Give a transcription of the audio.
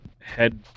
Head